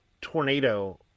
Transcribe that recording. tornado